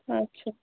अच्छा